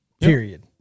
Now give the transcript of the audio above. Period